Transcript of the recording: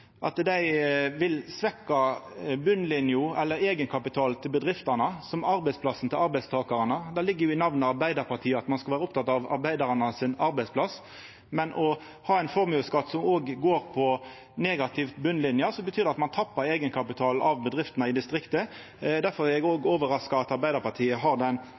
at dei vil svekkja eigenkapitalen til bedriftene, som er arbeidsplassen til arbeidstakarane. Det ligg i namnet Arbeidarpartiet at ein skal vera oppteken av arbeidsplassen til arbeidarane, men å ha ein formuesskatt som slår negativt ut for botnlinja, betyr at ein tappar eigenkapitalen til bedriftene i distrikta. Eg er overraska over at Arbeidarpartiet har den